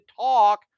talk